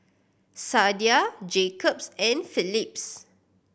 Sadia Jacob's and Phillips